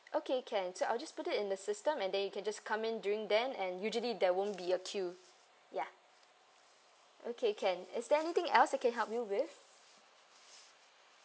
okay can so I'll just put it in the system and then you can just come in during then and usually there won't be a queue ya okay can is there anything else I can help you with